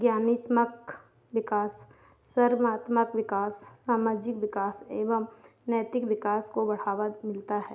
ज्ञानित्मक विकास सरमात्मक विकास सामाजिक विकास एवं नैतिक विकास को बढ़ावा मिलता है